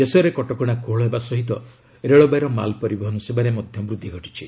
ଦେଶରେ କଟକଣା କୋହଳ ହେବା ସହିତ ରେଳବାଇର ମାଲ ପରିବହନ ସେବାରେ ବୃଦ୍ଧି ଘଟିଛି